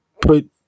put